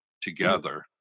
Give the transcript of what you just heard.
together